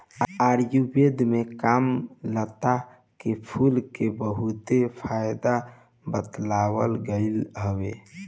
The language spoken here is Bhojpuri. आयुर्वेद में कामलता के फूल के बहुते फायदा बतावल गईल हवे